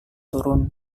turun